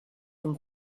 from